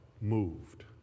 moved